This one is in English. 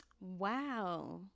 Wow